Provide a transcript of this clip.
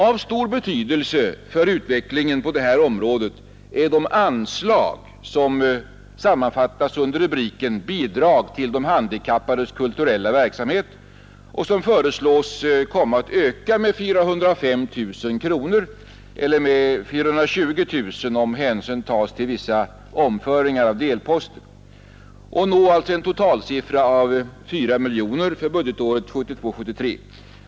Av stor betydelse för utvecklingen på detta område är de anslag som sammanförs under rubriken Bidrag till de handikappades kulturella verksamhet och som föreslås komma att öka med 405 000 kronor, eller med 420 000 kronor om hänsyn tas till vissa omföringar av delposter, för att nå en total siffra på 4 miljoner kronor för budgetåret 1972/73.